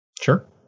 Sure